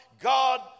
God